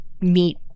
meet